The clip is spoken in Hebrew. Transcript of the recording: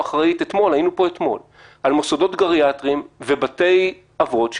פה אתמול עם האחראית על מוסדות גריאטריים ובתי אבות,